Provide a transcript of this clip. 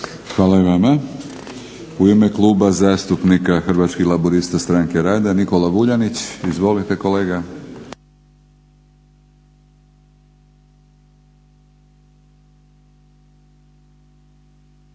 Hvala i vama. U ime kluba zastupnika Hrvatskih laburista stranke rada Nikola Vuljanić. Izvolite kolega. **Vuljanić,